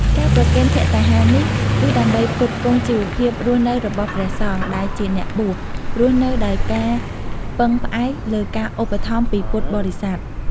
ការប្រគេនភត្តាហារនេះ គឺដើម្បីផ្គត់ផ្គង់ជីវភាពរស់នៅរបស់ព្រះសង្ឃ ដែលជាអ្នកបួស រស់នៅដោយការពឹងផ្អែកលើការឧបត្ថម្ភពីពុទ្ធបរិស័ទ។